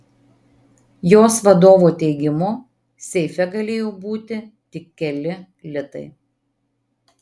jos vadovo teigimu seife galėjo būti tik keli litai